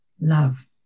love